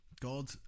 God